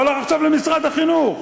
הוא הלך עכשיו למשרד החינוך.